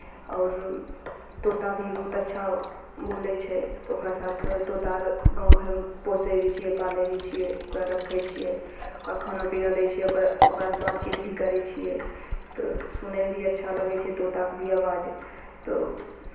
आओर तोता भी बहुत अच्छा बोलै छै तऽ ओकरा साथ तोता आर गाँव घरमे पोसै भी छियै पालै भी छियै ओकरा रखै छियै ओकरा खाना पीना दै छियै ओकरा ओकरासँ बातचीत भी करै छियै तऽ सुनयमे भी अच्छा लगै छै तोताके भी आवाज तऽ